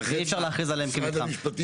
ואי אפשר להכריז עליהם כמתחם.